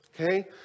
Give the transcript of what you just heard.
Okay